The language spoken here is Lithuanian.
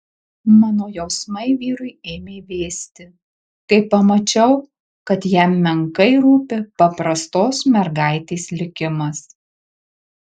mano jausmai vyrui ėmė vėsti kai pamačiau kad jam menkai rūpi paprastos mergaitės likimas